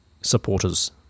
supporters